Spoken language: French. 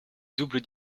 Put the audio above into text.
double